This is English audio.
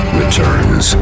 returns